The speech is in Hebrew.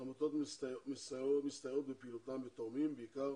העמותות מסתייעות בפעילותן בתורמים בעיקר